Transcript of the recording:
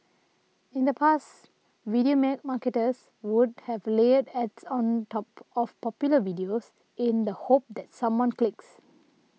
in the past video may marketers would have layered ads on top of popular videos in the hope that someone clicks